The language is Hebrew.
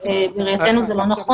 ולראייתנו זה לא נכון.